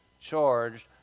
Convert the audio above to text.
charged